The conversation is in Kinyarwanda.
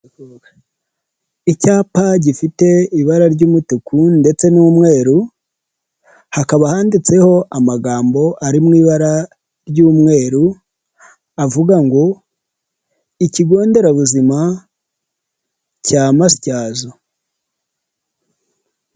Icyapa gifite ibara ry'umutuku ndetse n'umweru, hakaba handitseho amagambo ari mu ibara ry'umweru, avuga ngo ikigo nderabuzima cya Matyazo.